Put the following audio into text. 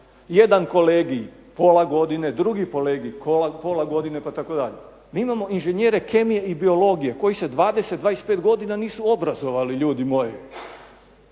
Jedan kolegij pola godine, drugi kolegij pola godine itd. Mi imamo inženjere kemije i biologije koji se 20, 25 godina nisu obrazovali, ljudi moji.